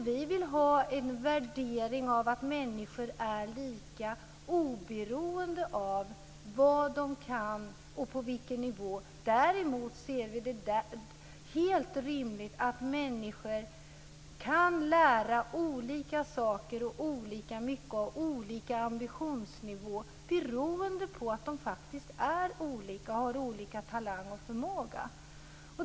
Vi vill ha en värdering som innebär att människor är lika, oberoende av vad de kan och på vilken nivå. Däremot ser vi det som helt rimligt att människor kan lära olika saker, olika mycket och ha olika ambitionsnivå beroende på att de faktiskt är olika och har olika talang och förmåga.